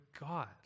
God